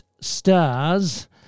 Stars